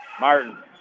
Martin